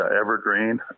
Evergreen